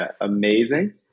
amazing